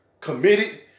committed